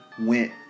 went